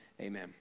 Amen